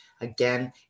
Again